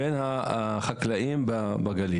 על כל סוגיית מכסות הבקר.